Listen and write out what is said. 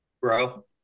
Bro